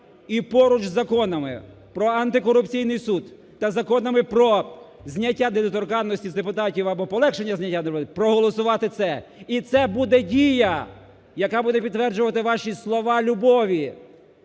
і поруч з законами про Антикорупційний суд та законами про зняття недоторканності з депутатів або полегшення зняття недоторканності проголосувати це. І це буде дія, яка буде підтверджувати ваші слова любові